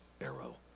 arrow